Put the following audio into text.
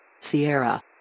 Sierra